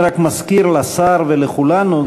אני רק מזכיר לשר ולכולנו,